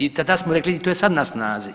I tada smo rekli i to je sad na snazi.